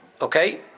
Okay